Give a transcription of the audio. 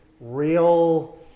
real